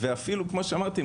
וכמו שאמרתי,